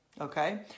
okay